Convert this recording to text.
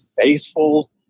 faithful